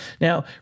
now